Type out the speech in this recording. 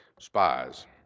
spies